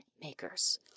makers